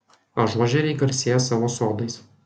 ažuožeriai garsėja savo sodais